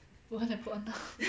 put on then put on ah